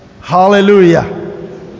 hallelujah